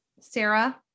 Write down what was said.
Sarah